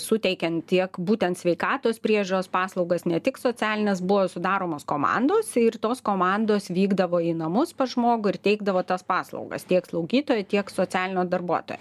suteikiant tiek būtent sveikatos priežiūros paslaugas ne tik socialines buvo sudaromos komandos ir tos komandos vykdavo į namus pas žmogų ir teikdavo tas paslaugas tiek slaugytojo tiek socialinio darbuotojo